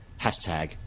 Hashtag